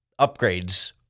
upgrades